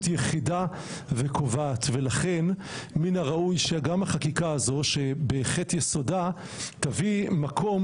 יחידה וקובעת ולכן מן הראוי שגם החקיקה הזאת שבחטא יסודה תביא מקום